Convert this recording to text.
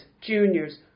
juniors